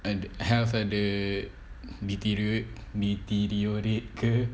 ada have ada dete~ deteriorate ke